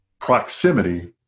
proximity